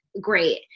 Great